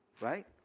right